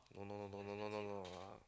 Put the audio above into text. no no no no no no no no